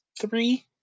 three